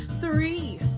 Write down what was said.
Three